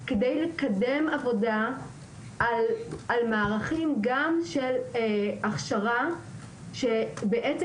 כדי לקדם עבודה על מערכים גם של הכשרה שבעצם